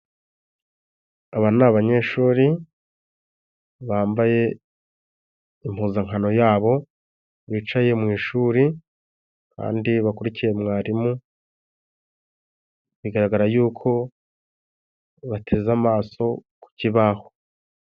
Aba ni abanyeshuri bambaye impuzankano yabo bicaye mu ishuri, kandi bakurikiye mwarimu. Bigaragara yuko bateze amaso ku kibaho.